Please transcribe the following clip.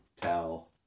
tell